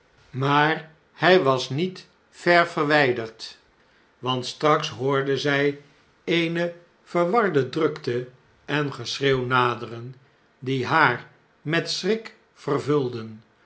maar hij was niet ver verwjjderd want straks hoorde zjj eene verwarde drukte en geschreeuw naderen die haar met schrik vervulden